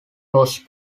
was